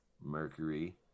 Mercury